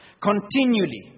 continually